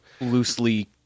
loosely